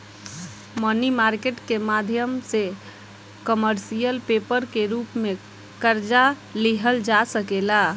मनी market के माध्यम से कमर्शियल पेपर के रूप में कर्जा लिहल जा सकेला